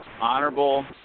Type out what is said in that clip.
honorable